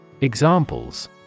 Examples